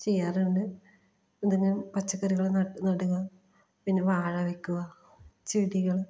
ചെയ്യാറുണ്ട് എന്തെങ്കിലും പച്ചക്കറികൾ നടുക പിന്നെ വാഴ വെക്കുക ചെടികൾ